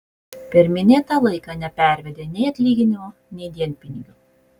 per minėtą laiką nepervedė nei atlyginimo nei dienpinigių